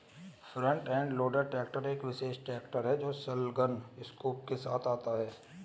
front end loader tractor एक विशेष ट्रैक्टर है जो संलग्न स्कूप के साथ आता है